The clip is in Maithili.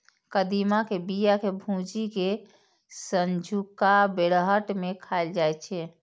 कदीमा के बिया कें भूजि कें संझुका बेरहट मे खाएल जाइ छै